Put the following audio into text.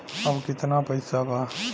अब कितना पैसा बा?